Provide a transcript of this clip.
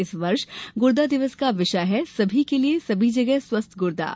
इस वर्ष गुर्दा दिवस का विषय है सभी के लिए सभी जगह स्वस्थ गुर्दा